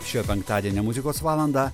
šio penktadienio muzikos valandą